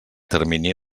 termini